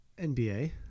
NBA